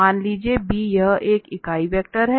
मान लीजिए b यह एक इकाई वेक्टर है